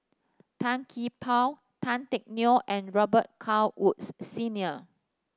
Tan Gee Paw Tan Teck Neo and Robet Carr Woods Senior